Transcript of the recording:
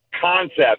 concept